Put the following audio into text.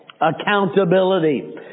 accountability